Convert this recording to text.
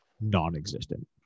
Non-existent